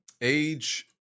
age